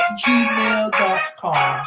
gmail.com